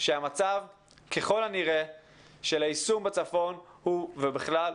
שהמצב ככל הנראה של היישום בצפון ובכלל,